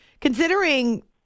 Considering